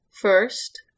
first